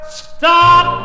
stop